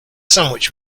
sandwich